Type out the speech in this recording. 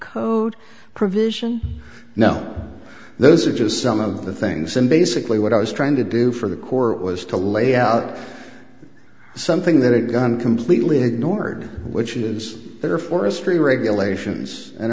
code provision now those are just some of the things and basically what i was trying to do for the court was to lay out something that it done completely ignored which is there forestry regulations an